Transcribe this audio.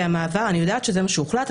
אני יודעת שזה מה שהוחלט,